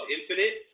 Infinite